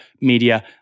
Media